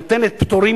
נותנת פטורים,